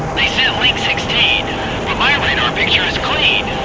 they sent link sixteen, but my radar picture is clean.